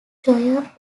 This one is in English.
choir